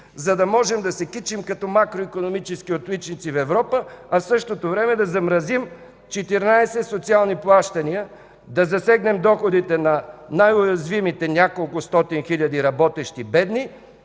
за да можем да се кичим като макроикономическите отличници на Европа, а в същото време да замразим 14 социални плащания, да засегнем доходите на най-уязвимите неколкостотин хиляди работещи бедни